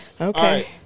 Okay